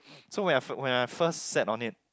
so when I when I first sat on it